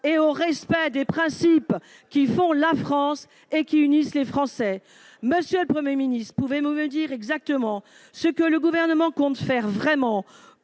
et au respect des principes qui font la France et qui unissent les Français. Monsieur le Premier ministre, pouvez-vous nous dire exactement ce que le Gouvernement compte faire vraiment